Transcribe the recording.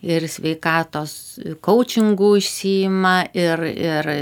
ir sveikatos koučingu išsiima ir ir